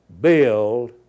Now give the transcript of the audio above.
build